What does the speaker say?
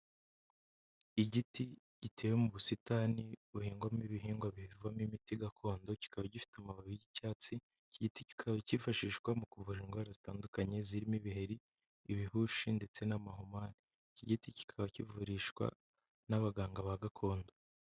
Igiti gitewe mu busitani buhingwamo ibihingwa bivamo imiti gakondo kikaba gifite amababi y'icyatsi, iki giti kikaba kifashishwa mu kuvura indwara zitandukanye zirimo ibiheri, ibihushi ndetse n'amahumane, iki giti kikaba kivurishwa n'abaganga ba gakondo.